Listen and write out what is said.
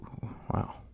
wow